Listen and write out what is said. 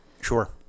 Sure